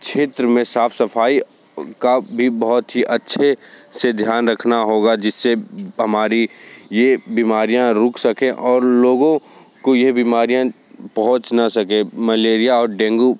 क्षेत्र में साफ सफाई का भी बहुत ही अच्छे से ध्यान रखना होगा जिससे हमारी यह बीमारियाँ रूक सके और लोगों को यह बीमारिया पहुँच न सके मलेरिया और डेंगू